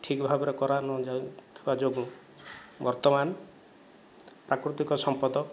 ଠିକ୍ ଭାବରେ କରା ନ ଯାଉ ନଥିବା ଯୋଗୁଁ ବର୍ତ୍ତମାନ ପ୍ରାକୃତିକ ସମ୍ପଦ